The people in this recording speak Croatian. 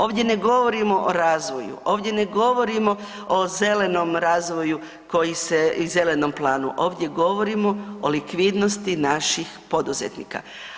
Ovdje ne govorimo o razvoju, ovdje ne govorimo o zelenom razvoju koji se i zelenom planu, ovdje govorimo o likvidnosti naših poduzetnika.